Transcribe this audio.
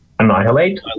Annihilate